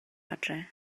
adre